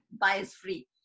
bias-free